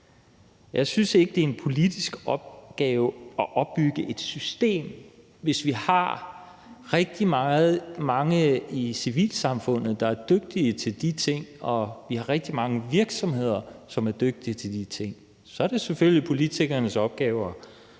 Jeg synes ikke, at det er en politisk opgave at opbygge et system, hvis vi har rigtig mange i civilsamfundet, der er dygtige til de ting, og vi har rigtig mange virksomheder, som er dygtige til de ting. Så er det selvfølgelig politikernes opgave at støtte